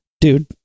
dude